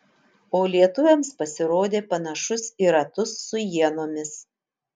o lietuviams pasirodė panašus į ratus su ienomis